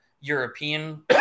European